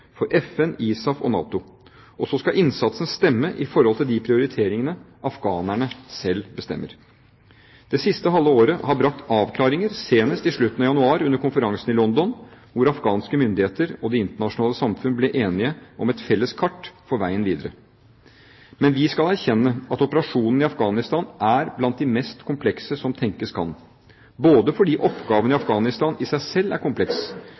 for FN, ISAF og NATO. Og så skal innsatsen stemme i forhold til de prioriteringene afghanerne selv bestemmer. Det siste halve året har brakt avklaringer – senest i slutten av januar under konferansen i London hvor afghanske myndigheter og det internasjonale samfunn ble enige om et felles kart for veien videre. Men vi skal erkjenne at operasjonen i Afghanistan er blant de mest komplekse som tenkes kan, både fordi oppgaven i Afghanistan i seg selv er kompleks